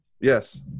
Yes